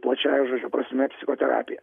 plačiąja žodžio prasme psichoterapija